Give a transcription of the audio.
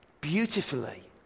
beautifully